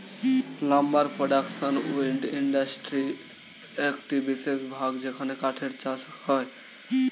lumber production wood ইন্ডাস্ট্রির একটি বিশেষ ভাগ যেখানে কাঠের চাষ হয়